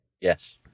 Yes